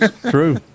True